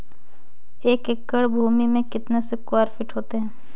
एक एकड़ भूमि में कितने स्क्वायर फिट होते हैं?